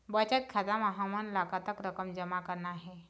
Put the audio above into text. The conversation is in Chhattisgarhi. बचत खाता म हमन ला कतक रकम जमा करना हे?